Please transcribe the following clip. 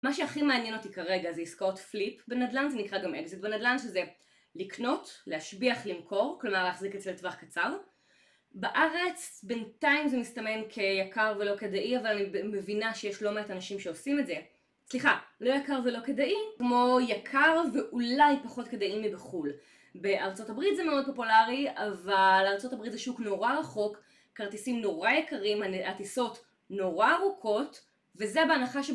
מה שהכי מעניין אותי כרגע זה עסקאות פליפ בנדלן, זה נקרא גם אקזיט בנדלן, שזה לקנות, להשביח, למכור, כלומר להחזיק את זה לטווח קצר בארץ בינתיים זה מסתמן כיקר ולא כדאי, אבל אני מבינה שיש לא מעט אנשים שעושים את זה, סליחה, לא יקר ולא כדאי, כמו יקר ואולי פחות כדאי מבחול. בארצות הברית זה מאוד פופולרי, אבל ארצות הברית זה שוק נורא רחוק, כרטיסים נורא יקרים, הטיסות נורא ארוכות, וזה בהנחה ש...